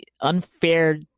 unfair